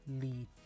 lead